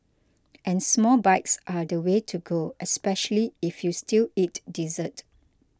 and small bites are the way to go especially if you still eat dessert